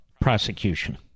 prosecution